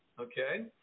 okay